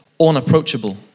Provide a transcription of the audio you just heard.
unapproachable